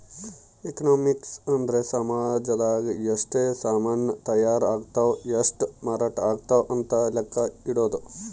economics ಅಂದ್ರ ಸಾಮಜದಾಗ ಎಷ್ಟ ಸಾಮನ್ ತಾಯರ್ ಅಗ್ತವ್ ಎಷ್ಟ ಮಾರಾಟ ಅಗ್ತವ್ ಅಂತ ಲೆಕ್ಕ ಇಡೊದು